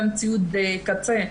גם ציוד קצה,